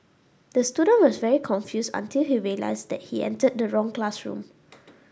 the student was very confused until he realised that he entered the wrong classroom